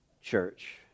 church